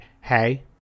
hey